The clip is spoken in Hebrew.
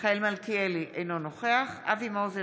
אינו נוכח אבי מעוז,